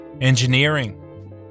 Engineering